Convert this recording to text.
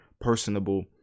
personable